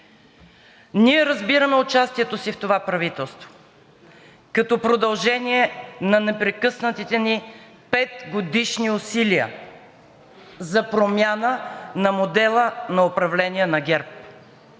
Ние разбираме участието си в това правителство като продължение на непрекъснатите ни петгодишни усилия за промяна на модела на управление на ГЕРБ.